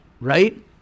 right